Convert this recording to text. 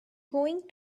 going